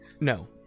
No